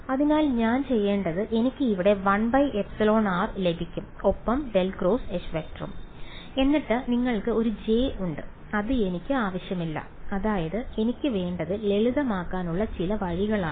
അതിനാൽ ഞാൻ ചെയ്യേണ്ടത് എനിക്ക് ഇവിടെ 1εr ലഭിക്കും ഒപ്പം ∇× H→ എന്നിട്ട് നിങ്ങൾക്ക് ഒരു j ഉണ്ട് അത് എനിക്ക് ആവശ്യമില്ല അതായത് എനിക്ക് വേണ്ടത് ലളിതമാക്കാനുള്ള ചില വഴികളാണ്